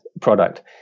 product